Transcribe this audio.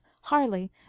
Harley